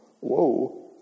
Whoa